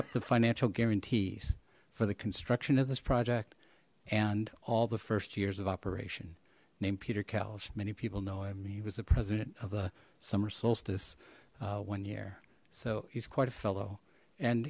up the financial guarantees for the construction of this project and all the first years of operation named peter couch many people know him he was the president of the summer solstice one year so he's quite a fellow and